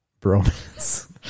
bromance